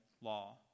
law